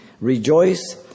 Rejoice